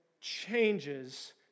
changes